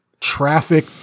traffic